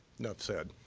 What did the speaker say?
nough said.